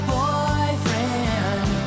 boyfriend